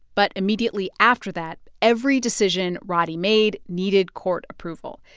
but immediately after that, every decision roddey made needed court approval.